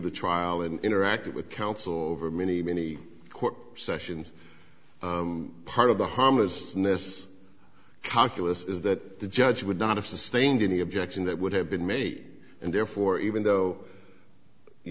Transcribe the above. the trial in interacted with counsel over many many court sessions part of the harmlessness calculus is that the judge would not have sustained any objection that would have been made and therefore even though you